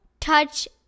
touch